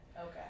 Okay